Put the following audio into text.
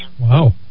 Wow